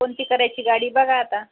कोणती करायची गाडी बघा आता